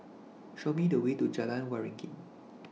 Show Me The Way to Jalan Waringin